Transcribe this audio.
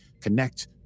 connect